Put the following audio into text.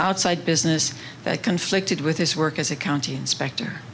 outside business that conflicted with his work as a county inspector